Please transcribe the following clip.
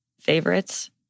favorites